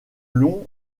long